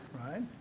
right